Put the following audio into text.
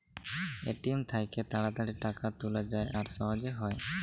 ATM থ্যাইকে তাড়াতাড়ি টাকা তুলা যায় আর সহজে হ্যয়